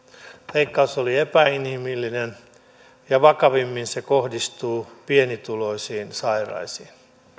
leikkaus oli epäinhimillinen ja vakavimmin se kohdistuu pienituloisiin sairaisiin